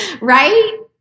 right